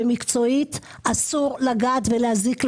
ומקצועית אומר שאסור לגעת ולהזיק להם.